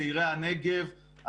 צעירי הנגב,